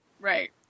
Right